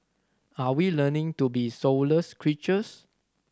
are we learning to be soulless creatures